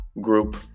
group